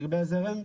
לגבי הזרם,